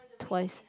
twice